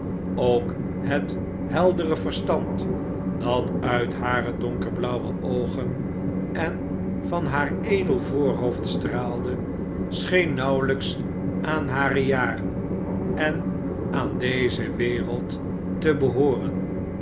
ook het heldere verstand dat uit hare donkerblauwe oogen en van haar edel voorhoofd straalde scheen nauwelijks aan hare jaren en aan deze wereld te behooren